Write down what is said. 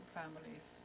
families